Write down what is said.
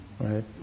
right